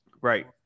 right